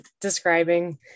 describing